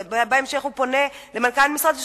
בהמשך הוא פונה שוב למנכ"ל משרד התשתיות,